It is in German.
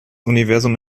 universum